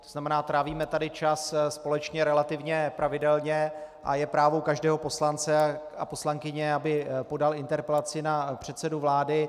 To znamená, trávíme tady čas společně relativně pravidelně a je právo každého poslance a poslankyně, aby podali interpelaci na předsedu vlády.